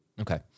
Okay